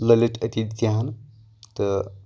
لٔلِت اتیکیہن تہٕ